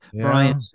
brian